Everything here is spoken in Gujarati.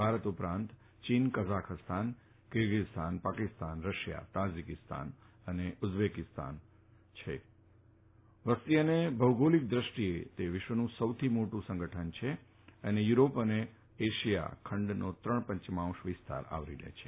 ભારત ઉપરાંત ચીન Kazakhstan Kyrgyzstan Pakistan Russia Tajikistan અને ઉઝબેકિસ્તાન વસતિ અને ભૌગોલિક દૃષ્ટિએ તે વિશ્વનું સૌથી મોટું સંગઠન છે અને તે યુરેશિયા ખંડનો ત્રણ પંચમાંશ વિસ્તાર આવરી લે છે